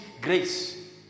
grace